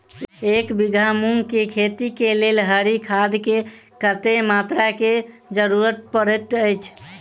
एक बीघा मूंग केँ खेती केँ लेल हरी खाद केँ कत्ते मात्रा केँ जरूरत पड़तै अछि?